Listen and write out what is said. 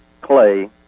clay